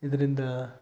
ಇದರಿಂದ